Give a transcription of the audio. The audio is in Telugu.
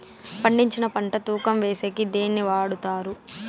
పండించిన పంట తూకం వేసేకి దేన్ని వాడతారు?